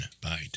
bite